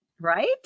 Right